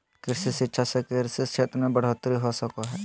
कृषि शिक्षा से कृषि क्षेत्र मे बढ़ोतरी हो सको हय